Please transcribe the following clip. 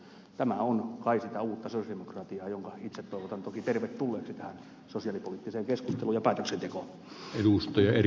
tämä on kai sitä uutta sosialidemokratiaa jonka itse toivotan toki tervetulleeksi tähän sosiaalipoliittiseen keskusteluun ja päätöksentekoon